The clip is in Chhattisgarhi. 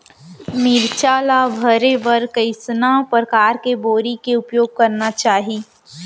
मिरचा ला भरे बर कइसना परकार के बोरी के उपयोग करना चाही?